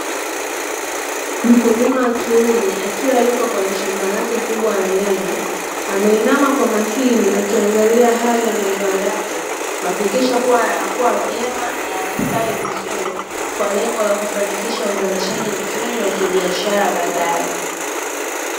Mkulima wa kiume akiwa yupo kwenye shamba lake kubwa la nyanya, ameinama kwa makini akiangalia hali ya mazao yake, kuhakikisha kuwa yanakua vyema na yanastawi vizuri kwa lengo la kufanikisha uzalishaji mzuri wa kibiashara baadaye.